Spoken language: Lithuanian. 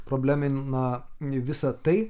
problemina visa tai